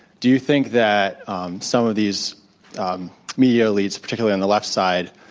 do you think that um some of these media elites, particularly on the left side,